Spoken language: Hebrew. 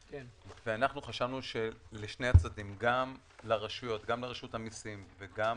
וחשבתי שלשני הצדדים - גם לרשות המיסים וגם